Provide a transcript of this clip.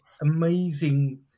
amazing